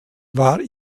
war